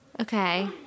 Okay